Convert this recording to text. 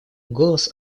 голос